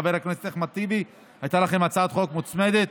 חבר הכנסת אחמד טיבי, הייתה לכם הצעת חוק מוצמדת.